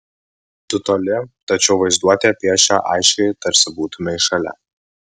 tu toli tačiau vaizduotė piešia aiškiai tarsi būtumei šalia